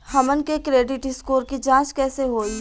हमन के credit score के जांच कैसे होइ?